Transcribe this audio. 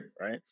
right